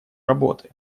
работы